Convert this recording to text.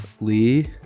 Lee